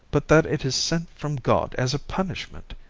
but that it is sent from god as a punishment!